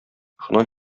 шуннан